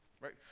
right